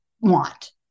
want